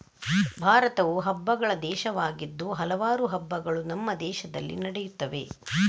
ಭಾರತವು ಹಬ್ಬಗಳ ದೇಶವಾಗಿದ್ದು ಹಲವಾರು ಹಬ್ಬಗಳು ನಮ್ಮ ದೇಶದಲ್ಲಿ ನಡೆಯುತ್ತವೆ